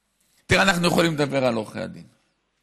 תראה, אנחנו יכולים לדבר על עורכי הדין,